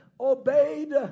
obeyed